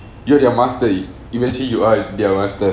you're their master eventually you are their master